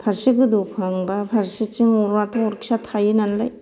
फारसे गोदौखांबा फारसेथिं अराथ' अरखिया थायो नालाय